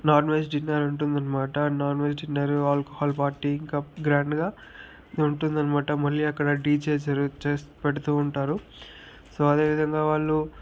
non veg dinner ఉంటుందన్మాట non veg dinner alcohol party ఇంకా గ్రాండ్గా ఉంటుందనమాట మళ్ళీ అక్కడ డిజే జరు చే పెడుతూ ఉంటారు సో అదే విధంగా వాళ్ళు